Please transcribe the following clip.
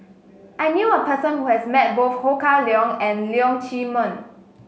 I knew a person who has met both Ho Kah Leong and Leong Chee Mun